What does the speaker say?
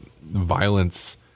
violence